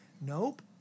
Nope